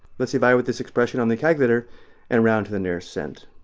let's divide with this expression on the calculator and round to the nearest cent.